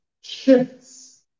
shifts